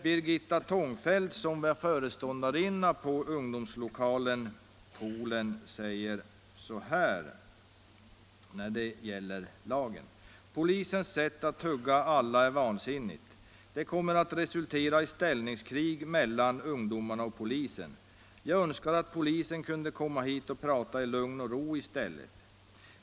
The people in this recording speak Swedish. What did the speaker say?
Birgitta Tångefelt, som är föreståndarinna på Poolen, säger när det gäller lagen: ”Polisens sätt att hugga alla är vansinnigt. Det kommer att resultera i ställningskrig mellan ungdomarna och polisen. Jag önskar att polisen kunde komma hit och prata i lugn och ro i stället.